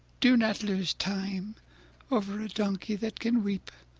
do not lose time over a donkey that can weep.